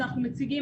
ניר,